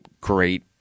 great